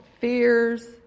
fears